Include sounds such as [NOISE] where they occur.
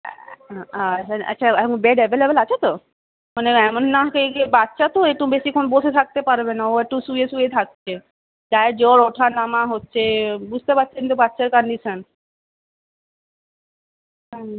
আচ্ছা আর bed available আছে তো মানে এমন না [UNINTELLIGIBLE] কি বাচ্চা তো একটু বেশিক্ষণ বসে থাকতে পারবে না ও একটু শুয়ে শুয়েই থাকছে গায়ে জ্বর ওঠা নামা হচ্ছে বুঝতে পারছেন তো বাচ্চার কান্ডিশান হুম